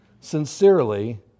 sincerely